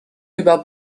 über